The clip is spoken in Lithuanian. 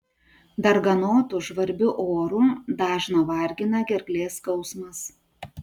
darganotu žvarbiu oru dažną vargina gerklės skausmas